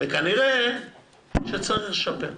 וכנראה שצריך יהיה לשפר.